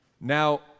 Now